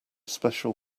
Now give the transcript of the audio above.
special